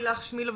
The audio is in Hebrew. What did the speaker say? הממשלה.